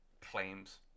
claims